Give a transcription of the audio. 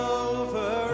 over